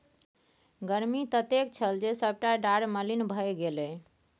गर्मी ततेक छल जे सभटा डारि मलिन भए गेलै